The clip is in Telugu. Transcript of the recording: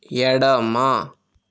ఎడమ